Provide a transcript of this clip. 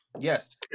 Yes